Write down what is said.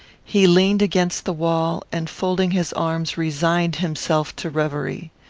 he leaned against the wall, and, folding his arms, resigned himself to reverie.